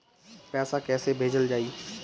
पैसा कैसे भेजल जाइ?